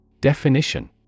Definition